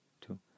two